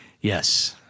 Yes